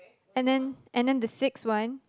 and then and then the sixth one